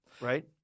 right